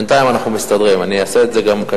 בינתיים אנחנו מסתדרים, אני גם אעשה את זה קצר.